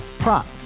Prop